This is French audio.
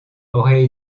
aurait